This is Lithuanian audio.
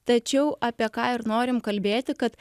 tačiau apie ką ir norim kalbėti kad